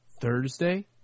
Thursday